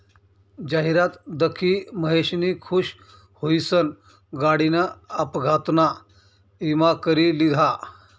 जाहिरात दखी महेशनी खुश हुईसन गाडीना अपघातना ईमा करी लिधा